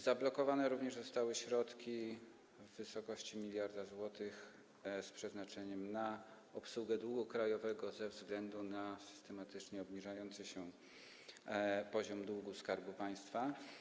Zablokowane również zostały środki w wysokości 1 mld zł z przeznaczeniem na obsługę długu krajowego ze względu na systematycznie obniżający się poziom długu Skarbu Państwa.